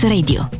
Radio